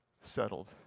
settled